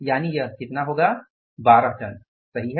यानि यह कितना होगा 12 टन सही है